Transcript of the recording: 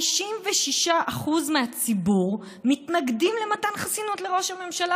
56% מהציבור מתנגדים למתן חסינות לראש הממשלה